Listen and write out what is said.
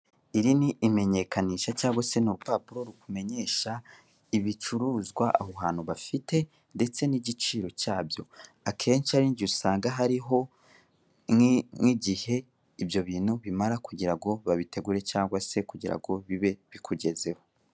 Iri ni imenyekanisha cyangwa se ni urupapuro rukumenyesha ibicuruzwa aho hantu bafite ndetse n'igiciro cyabyo. Akenshi harigihe usanga hariho nk'igihe ibyo bintu bimara kugira ngo babitegure cyangwa se kugira ngo bibe bikugezeho.